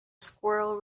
squirrel